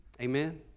Amen